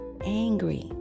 angry